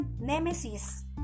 nemesis